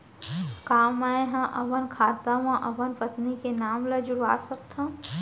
का मैं ह अपन खाता म अपन पत्नी के नाम ला जुड़वा सकथव?